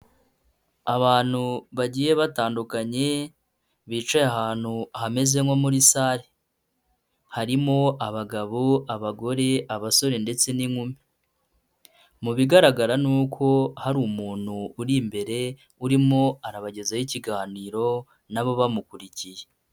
Abantu bagiye batandukanye bicaye ahantu hameze nko muri sale, harimo; abagabo, abagore, abasore ndetse n'inkumi mu bigaragara ni uko hari umuntu uri imbere urimo arabagezaho ikiganiro na bo bamukurikiye.